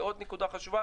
עוד נקודה חשובה.